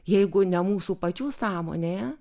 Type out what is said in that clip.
jeigu ne mūsų pačių sąmonėje